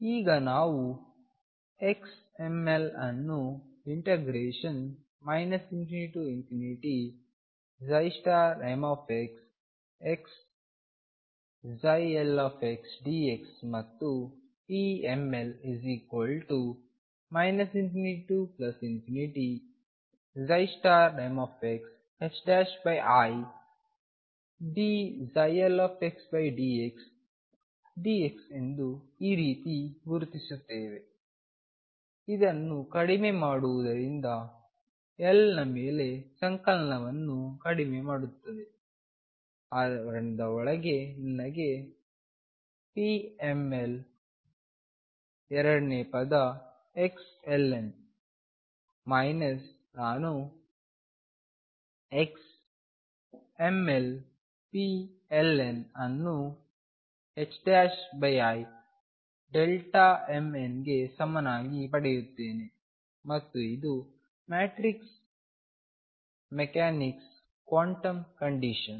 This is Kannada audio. ಈಗ ನಾವು xmlಅನ್ನು ∞mxx lxdx ಮತ್ತು pml ∞mxidldxdx ಎಂದು ಈ ರೀತಿ ಗುರುತಿಸುತ್ತೇವೆ ಇದನ್ನು ಕಡಿಮೆ ಮಾಡುವುದರಿಂದ l ನ ಮೇಲಿನ ಸಂಕಲನವನ್ನು ಕಡಿಮೆ ಮಾಡುತ್ತದೆ ಆವರಣದ ಒಳಗೆ ನನಗೆ pml ಎರಡನೇ ಪದ xln ಮೈನಸ್ ನಾನು xmlpln ಅನ್ನು imn ಗೆ ಸಮನಾಗಿ ಪಡೆಯುತ್ತೇನೆ ಮತ್ತು ಇದು ಮ್ಯಾಟ್ರಿಕ್ಸ್ ಮೆಕ್ಯಾನಿಕ್ಸ್ ಕ್ವಾಂಟಮ್ ಕಂಡೀಶನ್